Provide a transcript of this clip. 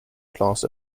class